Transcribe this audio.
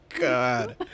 God